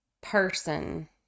person